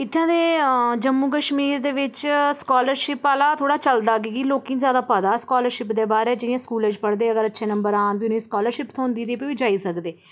इ'त्थें दे जम्मू कश्मीर दे बिच स्कॉलरशिप आह्ला थोह्ड़ा चलदा की के लोकें गी जादा पता स्कॉलरशिप दे बारे च इ'यां स्कूलें च पढ़दे अगर अच्छे नम्बर आन फिर इ'नें गी स्कॉलरशिप थ्होंदी ते भी जाई सकदे